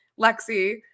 Lexi